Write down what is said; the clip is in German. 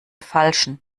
falschen